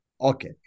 okay